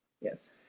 Yes